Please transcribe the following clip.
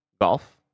golf